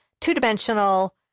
two-dimensional